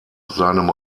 seinem